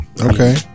Okay